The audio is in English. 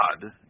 God